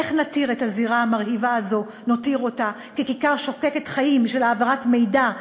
איך נותיר את הזירה המרהיבה הזו ככיכר שוקקת חיים של העברת מידע,